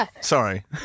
sorry